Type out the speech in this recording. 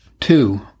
Two